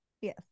Yes